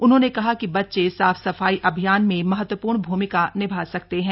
उन्होंने कहा कि बच्चे साफ सफाई अभियान में महत्वपूर्ण भूमिका निभा सकते है